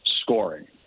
scoring